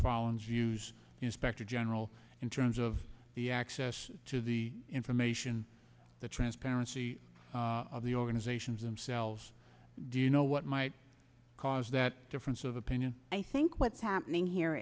use inspector general in terms of the access to the information the transparency of the organizations themselves do you know what might cause that difference of opinion i think what's happening here